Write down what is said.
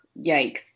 yikes